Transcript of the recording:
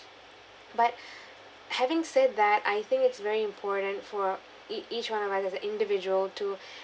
but having said that I think it's very important for ea~ each one of us as an individual to